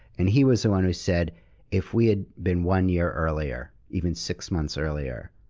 and he was the one who said if we had been one year earlier, even six months earlier,